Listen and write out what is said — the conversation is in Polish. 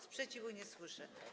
Sprzeciwu nie słyszę.